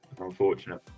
Unfortunate